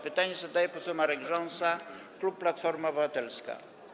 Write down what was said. Pytanie zadaje poseł Marek Rząsa, klub Platforma Obywatelska.